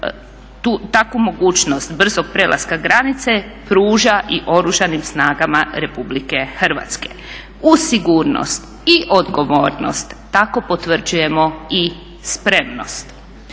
takvu mogućnost brzog prelaska granice pruža i Oružanim snagama RH. Uz sigurnost i odgovornost tako potvrđujemo i spremnost